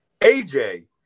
AJ